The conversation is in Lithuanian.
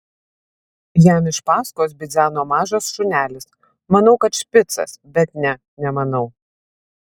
jam iš paskos bidzeno mažas šunelis manau kad špicas bet ne nemanau